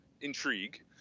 intrigue